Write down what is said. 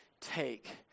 take